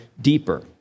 deeper